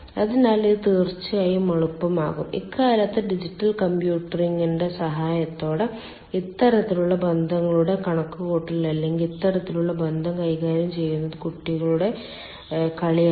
അതിനാൽ ഇത് തീർച്ചയായും എളുപ്പമാകും ഇക്കാലത്ത് ഡിജിറ്റൽ കമ്പ്യൂട്ടിംഗിന്റെ സഹായത്തോടെ ഇത്തരത്തിലുള്ള ബന്ധങ്ങളുടെ കണക്കുകൂട്ടൽ അല്ലെങ്കിൽ ഇത്തരത്തിലുള്ള ബന്ധം കൈകാര്യം ചെയ്യുന്നത് കുട്ടികളുടെ കളിയാണ്